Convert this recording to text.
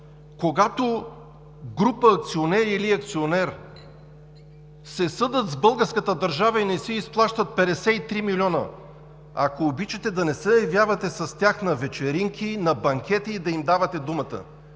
когато група акционери или акционер се съдят с българската държава и не си изплащат 53 милиона, ако обичате, да не се явявате с тях на вечеринки, на банкети и да им давате думата.